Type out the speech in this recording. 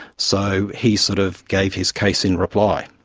so he sort of gave his case in reply.